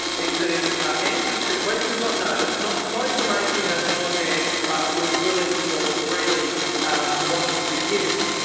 is that in answers to questions on notice, not not information that the lord mayor was willing or freely wanting to give,